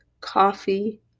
coffee